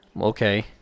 okay